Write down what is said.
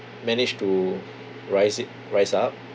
manage to rise it rise up